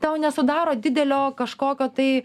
tau nesudaro didelio kažkokio tai